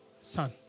son